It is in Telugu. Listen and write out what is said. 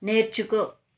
నేర్చుకో